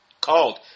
called